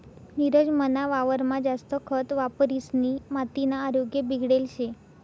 नीरज मना वावरमा जास्त खत वापरिसनी मातीना आरोग्य बिगडेल शे